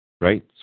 right